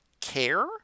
care